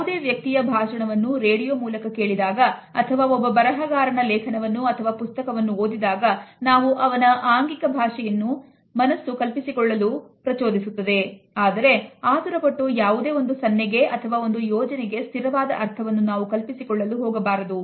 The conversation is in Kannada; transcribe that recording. ಯಾವುದೇ ವ್ಯಕ್ತಿಯ ಭಾಷಣವನ್ನು ರೇಡಿಯೋ ಮೂಲಕ ಕೇಳಿದಾಗ ಅಥವಾ ಒಬ್ಬ ಬರಹಗಾರನ ಲೇಖನವನ್ನು ಅಥವಾ ಪುಸ್ತಕವನ್ನು ಓದಿದಾಗ ನಾವು ಅವನ ಆಂಗ್ಲ ಭಾಷೆಯನ್ನು ಮನಸ್ಸು ಕಲ್ಪಿಸಿಕೊಳ್ಳಲು ಪ್ರಚೋದಿಸುತ್ತದೆ